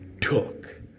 took